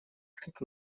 как